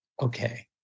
okay